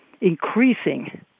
increasing